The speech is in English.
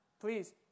please